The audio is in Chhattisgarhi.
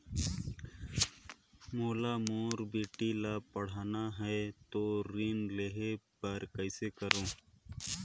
मोला मोर बेटी ला पढ़ाना है तो ऋण ले बर कइसे करो